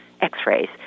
x-rays